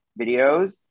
videos